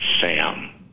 Sam